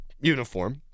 uniform